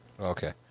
Okay